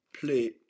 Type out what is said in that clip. play